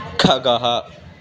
खगः